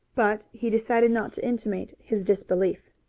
but he decided not to intimate his disbelief.